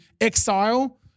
exile